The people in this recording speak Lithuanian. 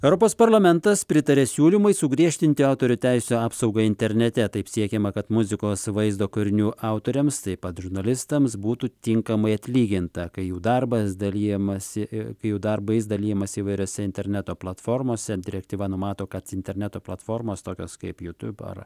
europos parlamentas pritarė siūlymui sugriežtinti autorių teisių apsaugą internete taip siekiama kad muzikos vaizdo kūrinių autoriams taip pat žurnalistams būtų tinkamai atlyginta kai jų darbas dalijamasi kai jų darbais dalijamasi įvairiose interneto platformose direktyva numato kad interneto platformos tokios kaip jūtiub ar